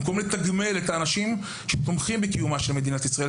במקום לתגמל את האנשים שתומכים בקיומה של מדינת ישראל,